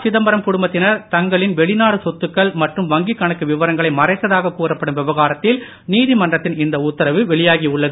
சிதம்பரம் குடும்பத்தினர் தங்களின் வெளிநாடு சொத்துக்கள் மற்றும் வங்கி கணக்கு விவரங்களை மறைத்ததாக கூறப்படும் விவகாரத்தில் நீதிமன்றத்தின் இந்த உத்தரவு வெளியாகி உள்ளது